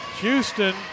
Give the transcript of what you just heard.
Houston